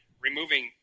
removing